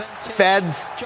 Feds